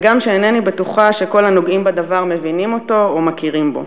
הגם שאינני בטוחה שכל הנוגעים בדבר מבינים אותו או מכירים בו.